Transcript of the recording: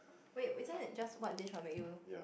wait isn't it just what dish will make you